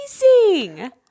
amazing